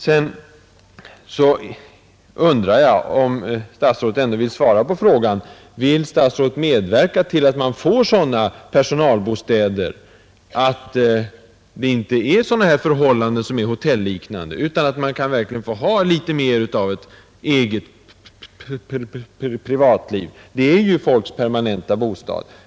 Så undrar jag om statsrådet vill svara på min fråga: Vill statsrådet medverka till att det anskaffas sådana personalbostäder att de boende slipper ifrån de nuvarande hotelliknande förhållandena och verkligen får mer av ett eget privatliv? De här lägenheterna används ju som permanenta bostäder.